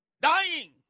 dying